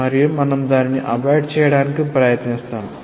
మరియు మనం దానిని అవాయిడ్ చేయడానికి ప్రయత్నిస్తాము